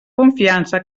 confiança